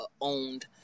owned